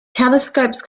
telescopes